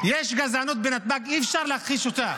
יש גזענות בנתב"ג, אי-אפשר להכחיש אותה.